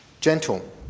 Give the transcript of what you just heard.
gentle